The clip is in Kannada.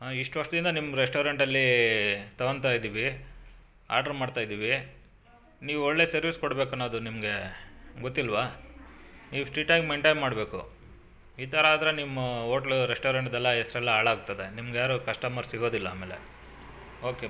ಇಷ್ಟು ವರ್ಷದಿಂದ ನಿಮ್ಮ ರೆಸ್ಟೋರೆಂಟಲ್ಲಿ ತಗೊಂತಾ ಇದ್ದೀವಿ ಆರ್ಡ್ರ್ ಮಾಡ್ತಾ ಇದ್ದೀವಿ ನೀವು ಒಳ್ಳೆ ಸರ್ವಿಸ್ ಕೊಡಬೇಕನ್ನೋದು ನಿಮಗೆ ಗೊತ್ತಿಲ್ವ ನೀವು ಸ್ಟ್ರಿಟ್ ಆಗಿ ಮೈಂಟೈನ್ ಮಾಡಬೇಕು ಈ ಥರ ಆದರೆ ನಿಮ್ಮ ಹೋಟ್ಲು ರೆಸ್ಟೋರೆಂಟ್ದೆಲ್ಲಾ ಹೆಸರೆಲ್ಲ ಹಾಳಾಗ್ತದೆ ನಿಮಗ್ಯಾರು ಕಸ್ಟಮರ್ ಸಿಗೋದಿಲ್ಲ ಆಮೇಲೆ ಓಕೆ